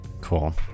Cool